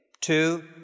Two